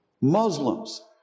Muslims